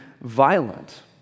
violent